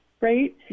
right